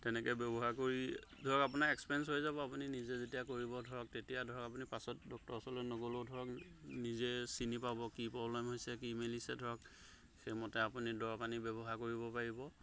তেনেকৈ ব্যৱহাৰ কৰি ধৰক আপোনাৰ এক্সপিৰিয়েঞ্চ হৈ যাব আপুনি নিজে যেতিয়া কৰিব ধৰক তেতিয়া ধৰক আপুনি পাছত ডক্টৰৰ ওচৰলৈ নগ'লও ধৰক নিজে চিনি পাব কি প্ৰব্লেম হৈছে কি মিলিছে ধৰক সেইমতে আপুনি দৰৱ আনি ব্যৱহাৰ কৰিব পাৰিব